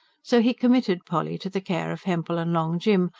so he committed polly to the care of hempel and long jim,